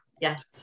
Yes